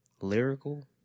lyrical